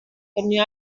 und